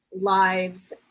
lives